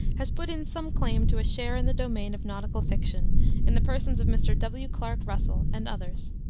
has put in some claim to a share in the domain of nautical fiction in the persons of mr. w. clarke russell and others.